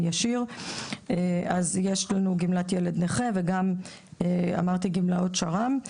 ישיר; יש לנו גמלת ילד נכה וגם גמלאות שר"מ.